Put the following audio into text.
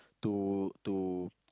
to